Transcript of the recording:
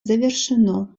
завершено